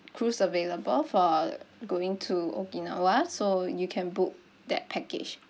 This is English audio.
cruise available for going to okinawa so you can book that package